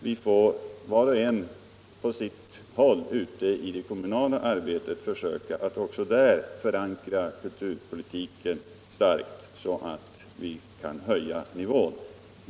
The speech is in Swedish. Vi får var och en på sitt håll ute i det kommunala arbetet försöka att också där förankra kulturpolitiken starkt så att vi kan höja nivån.